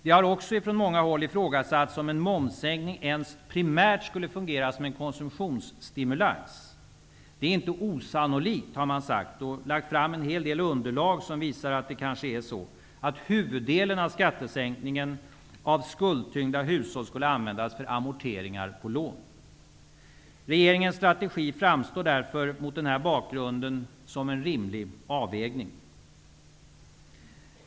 Det har också från många håll ifrågasatts om en momssänkning ens primärt skulle fungera som en konsumtionsstimulans. Det är inte osannolikt, har man sagt. En hel del underlag har lagts fram som visar att huvuddelen av skattesänkningen för skuldtyngda hushåll skulle användas för amorteringar på lån. Regeringens strategi framstår mot den bakgrunden som en rimlig avvägning.